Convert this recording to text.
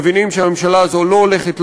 מבינים שהממשלה הזאת לא הולכת,